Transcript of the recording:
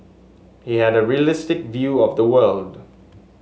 he had a realistic view of the world